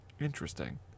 Interesting